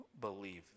believe